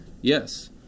Yes